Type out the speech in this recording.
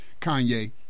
Kanye